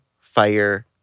fire